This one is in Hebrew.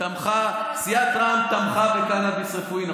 סיעת רע"מ תמכה בקנביס רפואי.